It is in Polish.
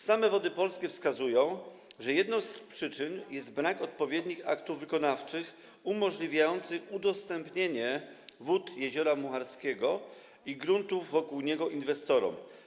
Same Wody Polskie wskazują, że jedną z przyczyn jest brak odpowiednich aktów wykonawczych umożliwiających udostępnienie wód Jeziora Mucharskiego i gruntów wokół niego inwestorom.